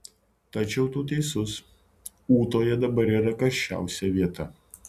tačiau tu teisus ūtoje dabar yra karščiausia vieta